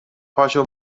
پاشو